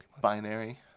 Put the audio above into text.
binary